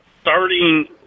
starting